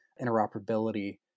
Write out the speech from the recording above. interoperability